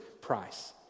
price